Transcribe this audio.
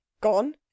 Gone